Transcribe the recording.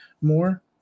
more